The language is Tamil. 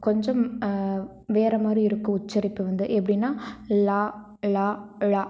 கொஞ்சம் வேறு மாதிரி இருக்கும் உச்சரிப்பு வந்து எப்படினா ல ள ழ